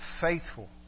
faithful